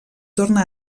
torna